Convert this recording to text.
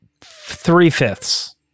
three-fifths